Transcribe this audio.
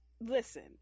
listen